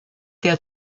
der